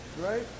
Right